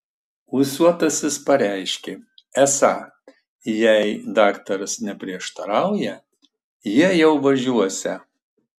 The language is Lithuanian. ūsuotasis pareiškė esą jei daktaras neprieštarauja jie jau važiuosią